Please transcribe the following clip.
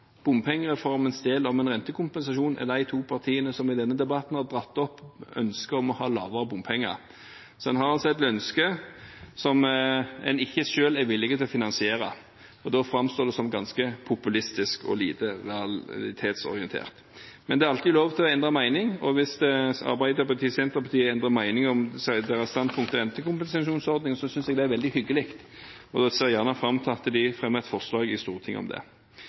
bompengereformens del om en rentekompensasjon, er de to partiene som i denne debatten har dratt opp ønsket om lavere bompenger. De har altså et ønske som de ikke selv er villige til å finansiere. Det framstår som ganske populistisk og lite realitetsorientert. Men det er alltid lov å endre mening. Hvis Arbeiderpartiet og Senterpartiet endrer standpunkt om rentekompensasjonsordningen, synes jeg det er veldig hyggelig, og jeg ser gjerne at de fremmer et forslag i Stortinget om det.